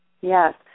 Yes